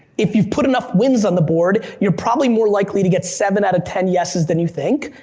if you've put enough wins on the board, you're probably more likely to get seven out of ten yeses than you think,